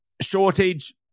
shortage